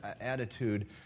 attitude